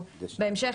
בהמשך,